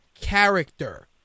character